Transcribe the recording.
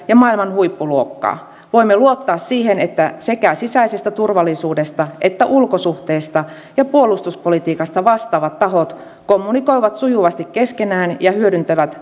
ja maailman huippuluokkaa voimme luottaa siihen että sekä sisäisestä turvallisuudesta että ulkosuhteista ja puolustuspolitiikasta vastaavat tahot kommunikoivat sujuvasti keskenään ja hyödyntävät